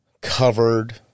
covered